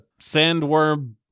sandworm